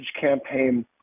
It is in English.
campaign